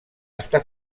està